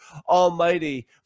Almighty